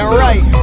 right